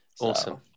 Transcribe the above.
Awesome